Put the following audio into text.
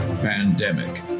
Pandemic